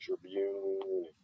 Tribune